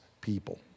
people